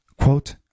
Quote